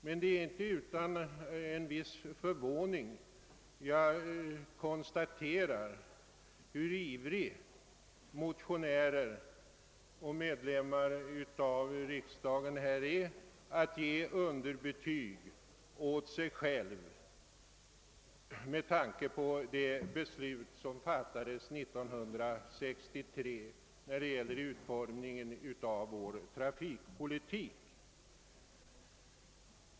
Men det är inte utan en viss förvåning jag konstaterar, hur ivriga motionärer och många ledamöter av riksdagen är, när det gäller att ge underbetyg åt sig själva beträffande det beslut som fattades 1963 angående utformningen av vår trafikpolitik.